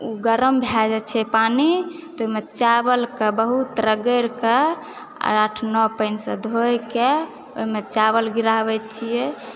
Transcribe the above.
गरम भए जाइत छै पानी ताहिमे चावलक बहुत रगड़िकऽ आठ नओ पानिसँ धोकऽ ओहिमे चावल गिराबैत छियै